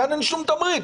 כאן אין שום תמריץ.